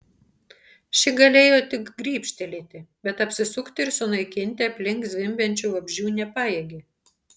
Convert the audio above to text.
ši galėjo tik grybštelėti bet apsisukti ir sunaikinti aplink zvimbiančių vabzdžių nepajėgė